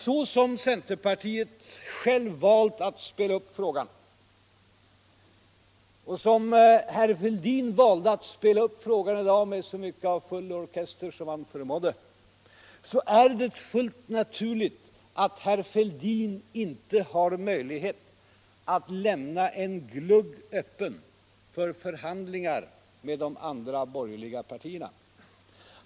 Så som centerpartiet självt har valt att spela upp frågan — och så som herr Fälldin valde att spela upp frågan i dag med så mycket han förmådde av full orkester — är det fullt naturligt att herr Fälldin inte har möjlighet att lämna en glugg öppen för förhandlingar med de andra borgerliga partierna.